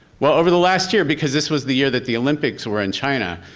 well over the last year, because this was the year that the olympics were in china,